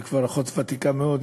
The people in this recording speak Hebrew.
היא כבר אחות ותיקה מאוד,